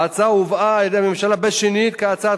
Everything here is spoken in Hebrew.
ההצעה הובאה על-ידי הממשלה בשנית כהצעת